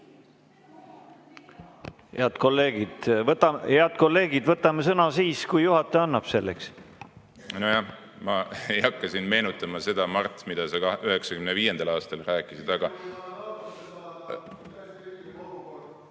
Head kolleegid, võtame sõna siis, kui juhataja annab sõna. Nojah. Ma ei hakka siin meenutama seda, mida sa, Mart, 1995. aastal rääkisid, aga ...